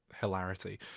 hilarity